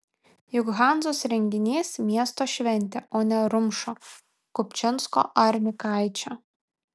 juk hanzos renginys miesto šventė o ne rumšo kupčinsko ar mikaičio